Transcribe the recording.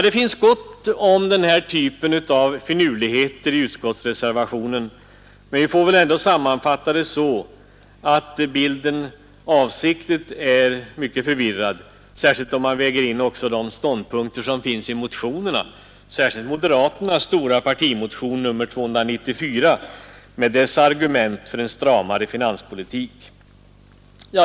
Det finns gott om den här typen av finurligheter i utskottsreservationen, men vi får väl ändå sammanfatta det så att bilden avsiktligt är mycket förvirrad, särskilt om man väger in också de ståndpunkter som finns i motionerna, speciellt moderaternas stora partimotion, nr 294, med dess argumentation för en stramare finanspolitik.